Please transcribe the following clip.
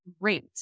great